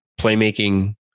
playmaking